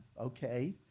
okay